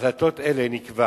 בהחלטות אלה נקבע